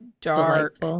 dark